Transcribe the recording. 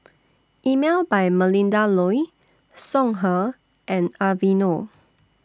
Emel By Melinda Looi Songhe and Aveeno